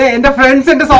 and friends into